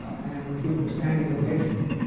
and was given a standing ovation.